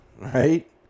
right